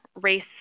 race